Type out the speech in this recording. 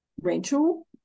rental